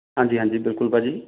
ਹਾਂਜੀ ਹਾਂਜੀ ਬਿਲਕੁਲ ਭਾਅ ਜੀ